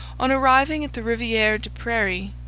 on arriving at the riviere des prairies,